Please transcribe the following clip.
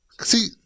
See